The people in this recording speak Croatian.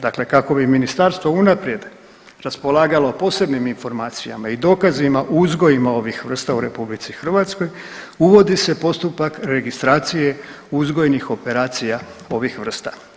Dakle, kako bi ministarstvo unaprijed raspolagalo posebnim informacijama i dokazima uzgojima ovih vrsta u RH uvodi se postupak registracije uzgojnih operacija ovih vrsta.